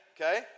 okay